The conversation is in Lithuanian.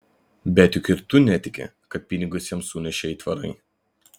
bet juk ir tu netiki kad pinigus jam sunešė aitvarai